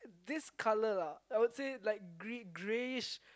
this colour I would say like green greyish